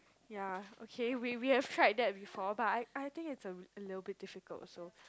ya okay we we were tried that before but I I think it's a little bit difficult also